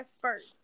first